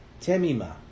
temima